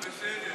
חיליק,